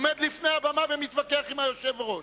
עומד לפני הבמה ומתווכח עם היושב-ראש.